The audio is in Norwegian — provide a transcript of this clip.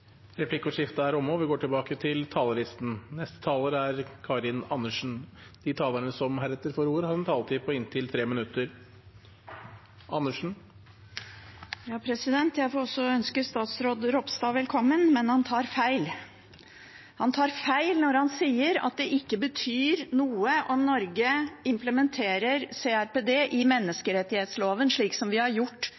er omme. De talere som heretter får ordet, har en taletid på inntil 3 minutter. Jeg får også ønske statsråd Ropstad velkommen, men han tar feil. Han tar feil når han sier at det ikke betyr noe om Norge implementerer CRPD i